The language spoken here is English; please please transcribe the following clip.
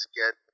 get